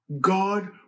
God